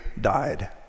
died